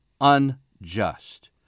unjust